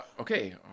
okay